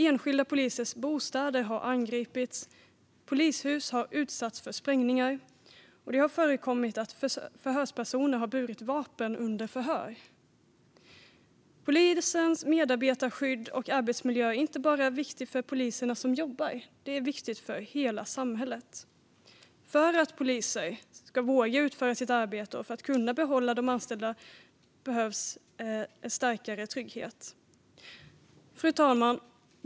Enskilda polisers bostäder har angripits. Polishus har utsatts för sprängningar, och det har förekommit att förhörspersoner har burit vapen under förhör. Polisens medarbetarskydd och arbetsmiljö är inte bara viktigt för poliserna som jobbar, det är viktigt för hela samhället. För att poliser ska våga utföra sitt arbete och för att kunna behålla de anställda behövs en starkare trygghet. Fru talman!